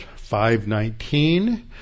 5.19